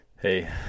Hey